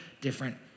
different